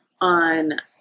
on